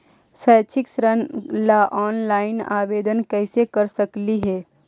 शैक्षिक ऋण ला ऑनलाइन आवेदन कैसे कर सकली हे?